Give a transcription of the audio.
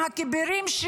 של